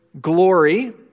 glory